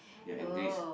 ya English